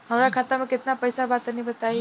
हमरा खाता मे केतना पईसा बा तनि बताईं?